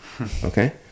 okay